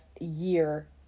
year